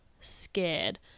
scared